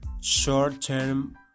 short-term